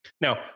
Now